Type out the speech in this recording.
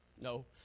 No